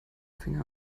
finger